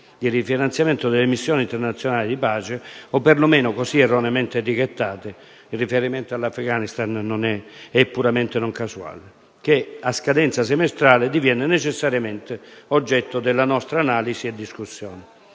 di rifinanziamento delle missioni internazionali di pace, o per lo meno così erroneamente etichettate - il riferimento all'Afghanistan non è puramente casuale - che, a scadenza semestrale, diviene necessariamente oggetto della nostra analisi e discussione.